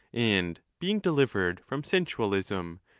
and being delivered from sensualism,